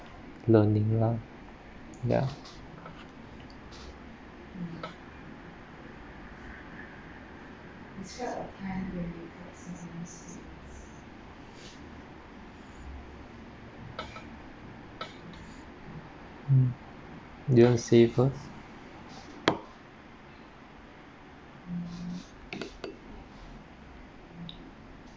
learning lah ya mm you want to say it first